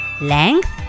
Length